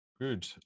good